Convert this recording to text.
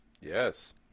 Yes